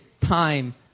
time